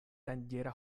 danĝera